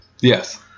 Yes